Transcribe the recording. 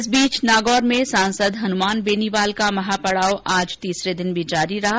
इस बीच नागौर में सांसद हनुमान बेनीवाल का महापड़ाव आज तीसरे दिन भी जारी रहा